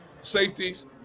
safeties